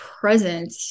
present